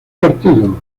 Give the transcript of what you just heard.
partido